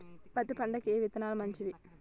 పత్తి పంటకి ఏ విత్తనాలు మంచివి?